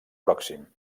pròxim